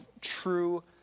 true